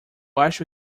acho